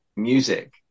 Music